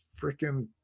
freaking